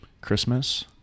Christmas